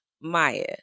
Maya